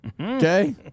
Okay